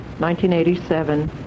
1987